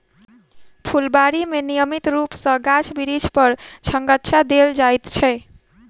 फूलबाड़ी मे नियमित रूप सॅ गाछ बिरिछ पर छङच्चा देल जाइत छै